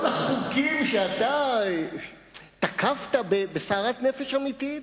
כל החוקים שאתה תקפת בסערת נפש אמיתית,